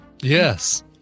Yes